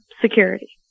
security